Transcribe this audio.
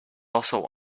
also